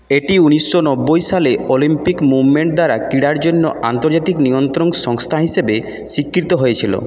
এটি উনিশশো নব্বই সালে অলিম্পিক মুভমেন্ট দ্বারা ক্রীড়ার জন্য আন্তর্জাতিক নিয়ন্ত্রক সংস্থা হিসেবে স্বীকৃত হয়েছিল